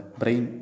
brain